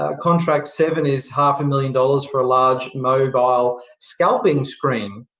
ah contract seven is half a million dollars for a large mobile scalping screen.